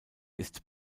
ist